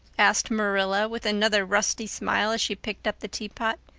asked marilla with another rusty smile as she picked up the teapot.